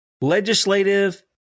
legislative